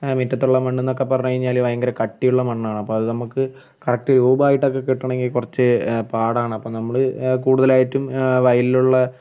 മിറ്റത്തുള്ള മണ്ണെന്നോക്കെ പറഞ്ഞ് കഴിഞ്ഞാൽ ഭയങ്കര കട്ടിയുള്ള മണ്ണാണ് അപ്പം അത് നമുക്ക് കറക്റ്റ് രൂപമായിട്ട് കിട്ടണമെങ്കിൽ കുറച്ച് പാടാണ് അപ്പം നമ്മൾ കൂടുതലായിട്ടും വയലിലുള്ള